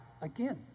again